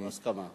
בהסכמה.